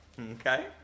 Okay